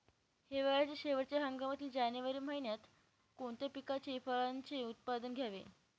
हिवाळ्याच्या शेवटच्या हंगामातील जानेवारी महिन्यात कोणत्या पिकाचे, फळांचे उत्पादन घ्यावे?